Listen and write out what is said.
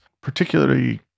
particularly